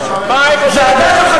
מה את חושבת על שחיתות?